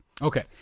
Okay